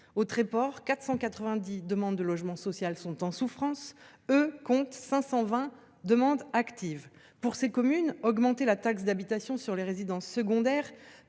Au Tréport, 490 demandes de logement social sont en souffrance. Eu compte 520 demandes actives. Pour ces communes, augmenter la taxe d’habitation sur les résidences secondaires